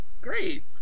Great